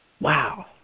Wow